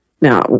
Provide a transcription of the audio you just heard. now